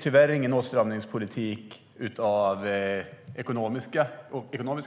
Tyvärr var det ingen åtstramningspolitik av ekonomisk